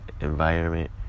environment